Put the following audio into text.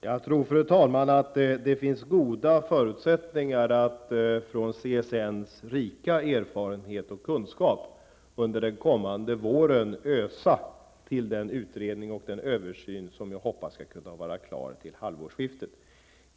Fru talman! Jag tror att det finns goda förutsättningar för att från CSNs rika erfarenheter och kunskap kunna under den kommande våren ösa till den utredning och översyn som jag hoppas skall vara klar till halvårsskiftet.